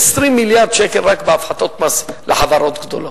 20 מיליארד שקל רק בהפחתות מס לחברות גדולות.